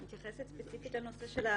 אני מתייחסת ספציפית לנושא של ההסכמות,